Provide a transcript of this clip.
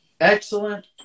excellent